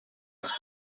els